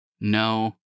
no